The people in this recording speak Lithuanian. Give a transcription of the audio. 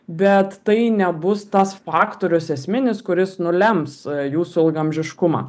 bet tai nebus tas faktorius esminis kuris nulems jūsų ilgaamžiškumą